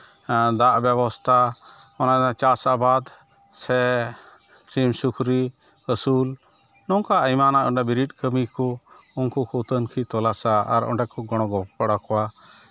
ᱫᱟᱜ ᱵᱮᱵᱚᱥᱛᱷᱟ ᱚᱱᱟ ᱨᱮᱱᱟᱜ ᱪᱟᱥ ᱟᱵᱟᱫ ᱥᱮ ᱥᱤᱢ ᱥᱩᱠᱨᱤ ᱟᱹᱥᱩᱞ ᱱᱚᱝᱠᱟᱱᱟᱜ ᱟᱭᱢᱟ ᱵᱤᱨᱤᱫ ᱠᱟᱹᱢᱤ ᱠᱚ ᱩᱱᱠᱩ ᱠᱚ ᱛᱩᱱᱠᱷᱤ ᱛᱚᱞᱟᱥᱟ ᱟᱨ ᱚᱸᱰᱮ ᱠᱚ ᱜᱚᱲᱚ ᱜᱚᱯᱚᱲ ᱠᱚᱣᱟ